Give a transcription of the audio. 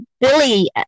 Billy